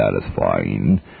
satisfying